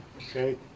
okay